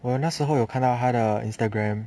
我那时候有看到他的 Instagram